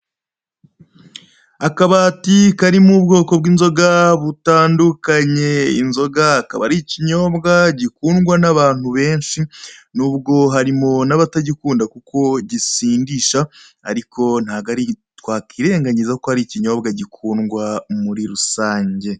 Akabati karimo ubwoko bw'inzoga butandukanye, inzoga akaba ari ikinyobwa gikundwa n'abantu benshi, n'ubwo harimo n'abatagikunda kuko gisindisha, ariko ntabwo twakwirengagiza ko ar ikinyobwa gikundwa muri rusange.